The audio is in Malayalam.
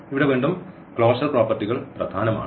ഇവിടെ വീണ്ടും ക്ലോഷർ പ്രോപ്പർട്ടികൾ പ്രധാനമാണ്